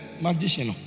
magician